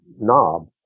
knob